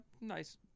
nice